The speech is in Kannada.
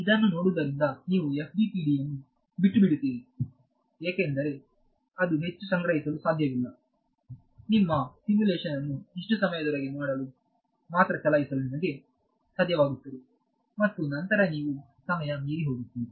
ಇದನ್ನು ನೋಡುವುದರಿಂದ ನೀವು FDTDಯನ್ನು ಬಿಟ್ಟುಬಿಡುತ್ತೀರಿ ಏಕೆಂದರೆ ಅದು ಹೆಚ್ಚು ಸಂಗ್ರಹಿಸಲು ಸಾಧ್ಯವಿಲ್ಲ ನಿಮ್ಮ ಸಿಮ್ಯುಲೇಶನ್ ಅನ್ನು ಇಷ್ಟು ಸಮಯದವರೆಗೆ ಮಾತ್ರ ಚಲಾಯಿಸಲು ನಿಮಗೆ ಸಾಧ್ಯವಾಗುತ್ತದೆ ಮತ್ತು ನಂತರ ನೀವು ಸಮಯ ಮೀರಿ ಹೋಗುತ್ತೀರಿ